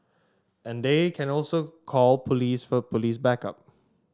and they can also call police for police backup